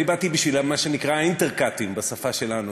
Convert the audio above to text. אני באתי בשביל מה שנקרא אינטרקטים בשפה שלנו.